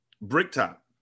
Bricktop